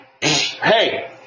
Hey